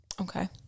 okay